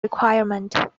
requirement